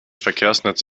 verkehrsnetz